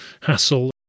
hassle